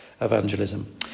evangelism